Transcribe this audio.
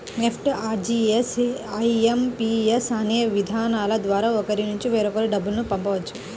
NEFT, RTGS, IMPS అనే విధానాల ద్వారా ఒకరి నుంచి మరొకరికి డబ్బును పంపవచ్చు